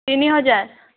ତିନି ହଜାର